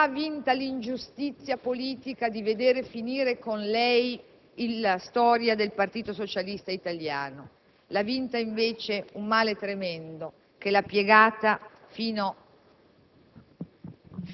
non l'ha vinta l'ingiustizia politica di veder finire con lei la storia del Partito socialista italiano. L'ha vinta invece un male tremendo che l'ha piegata fino alla